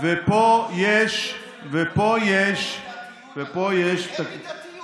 ופה יש, ופה יש, צריך למצוא מידתיות, אדוני.